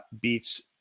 beats